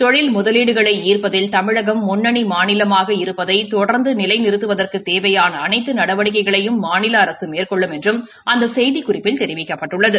தொழில் முதலீடுகளை ஈாப்பதில் தமிழகம் முன்னணி மாநிலமாக இருப்பதை தொடர்ந்து நிலை நிறுவத்துவதற்கு தேவையான அனைத்து நடவடிக்கைகளையும் மாநில அரசு மேற்கொள்ளும் என்றும் அந்த செய்திக்குறிப்பில் தெரிவிக்கப்பட்டுள்ளது